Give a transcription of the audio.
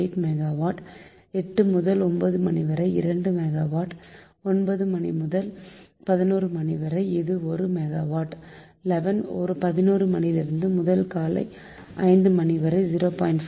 8 megawatt 8 முதல் 9 மணிவரை 2 megawatt 9 முதல் 11 மணிவரை இது 1 மெகாவாட் 11 மணி முதல் காலை 5 மணிவரை 0